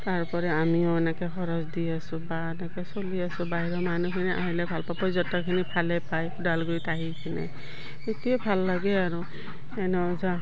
তাৰোপৰি আমিও এনেকৈ খৰচ দি আছোঁ বা এনেকৈ চলি আছোঁ বাহিৰৰ মানুহখিনি আহিলে ভাল পাওঁ পৰ্যটকখিনি ভালে পায় ওদালগুৰিত আহি কিনে এইটোৱে ভাল লাগে আৰু এনে যাওঁ